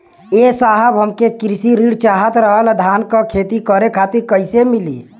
ए साहब हमके कृषि ऋण चाहत रहल ह धान क खेती करे खातिर कईसे मीली?